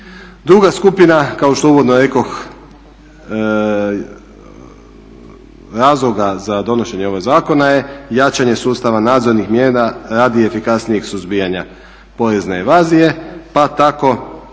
Druga skupina kao što uvodno rekoh razloga za donošenje ovog zakona je jačanje sustava nadzornih mjera radi efikasnijeg suzbijanja porezne invazije pa tako